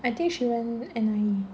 I think she went N_I_E